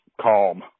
calm